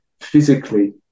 physically